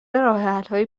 راهحلهای